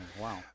Wow